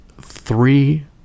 three